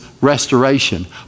restoration